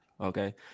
Okay